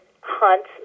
hunt